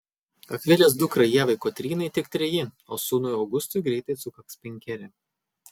akvilės dukrai ievai kotrynai tik treji o sūnui augustui greitai sukaks penkeri